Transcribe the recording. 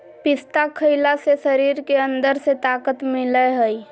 पिस्ता खईला से शरीर के अंदर से ताक़त मिलय हई